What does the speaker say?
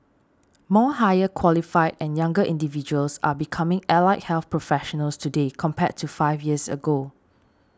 more higher qualified and younger individuals are becoming allied health professionals today compared to five years ago